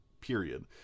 period